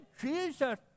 Jesus